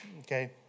okay